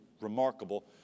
remarkable